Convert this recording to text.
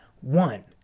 one